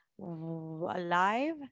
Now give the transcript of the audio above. Alive